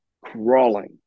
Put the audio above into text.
crawling